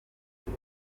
ngo